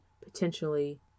potentially